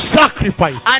sacrifice